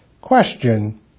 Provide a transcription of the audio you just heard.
Question